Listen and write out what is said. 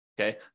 okay